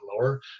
lower